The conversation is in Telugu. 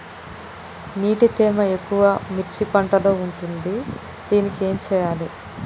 నీటి తేమ ఎక్కువ మిర్చి పంట లో ఉంది దీనికి ఏం చేయాలి?